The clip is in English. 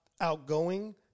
outgoing